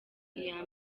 iya